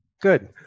Good